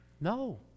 No